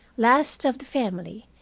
last of the family,